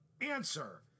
answer